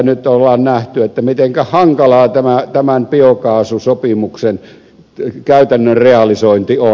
nyt on nähty mitenkä hankalaa tämän biokaasusopimuksen käytännön realisointi on